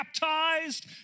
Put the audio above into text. baptized